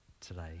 today